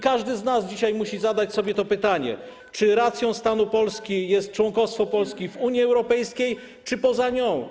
Każdy z nas dzisiaj musi zadać sobie pytanie: Czy racją stanu jest członkostwo Polski w Unii Europejskiej, czy bycie poza nią?